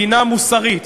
מדינה מוסרית,